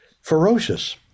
ferocious